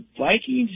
Vikings